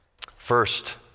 First